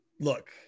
look